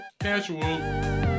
casual